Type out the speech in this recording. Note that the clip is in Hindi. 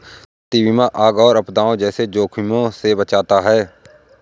संपत्ति बीमा आग और आपदाओं जैसे जोखिमों से बचाता है